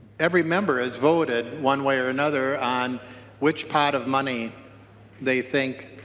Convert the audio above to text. every member has voted one way or another on which part of money they think